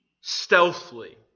Stealthily